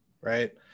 right